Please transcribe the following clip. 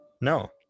No